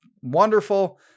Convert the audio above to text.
wonderful